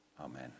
Amen